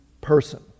person